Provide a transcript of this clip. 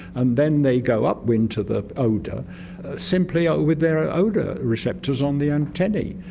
and then they go upwind to the odour simply ah with their odour receptors on the antennae.